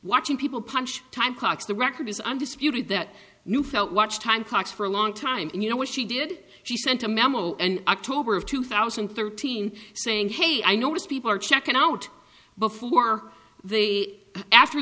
watching people punch time clocks the record is undisputed that you felt watched time cox for a long time and you know what she did she sent a memo and october of two thousand and thirteen saying hey i notice people are checking out before the after